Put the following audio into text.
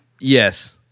yes